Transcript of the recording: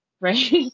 right